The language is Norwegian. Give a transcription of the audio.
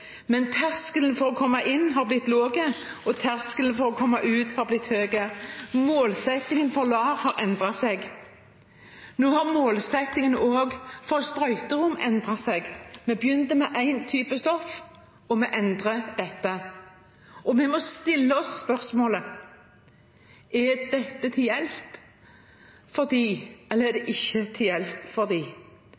men terskelen for å komme inn har blitt lav og terskelen for å komme ut har blitt høy. Målsettingen for LAR har endret seg. Nå har målsettingen også for sprøyterom endret seg. Vi begynte med én type stoff, og vi endrer dette. Vi må stille oss spørsmålet: Er dette til hjelp for dem, eller er det